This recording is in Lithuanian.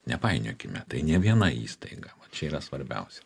nepainiokime tai ne viena įstaiga čia yra svarbiausia